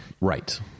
Right